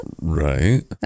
Right